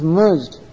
merged